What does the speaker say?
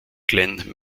glenn